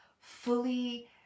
fully